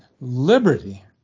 liberty